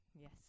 Yes